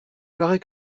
paraît